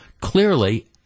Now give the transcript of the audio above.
clearly